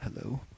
hello